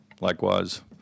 likewise